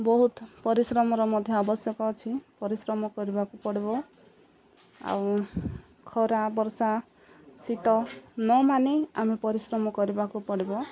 ବହୁତ ପରିଶ୍ରମର ମଧ୍ୟ ଆବଶ୍ୟକ ଅଛି ପରିଶ୍ରମ କରିବାକୁ ପଡ଼ିବ ଆଉ ଖରା ବର୍ଷା ଶୀତ ନ ମାନି ଆମେ ପରିଶ୍ରମ କରିବାକୁ ପଡ଼ିବ